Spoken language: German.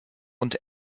und